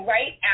Right